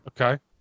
okay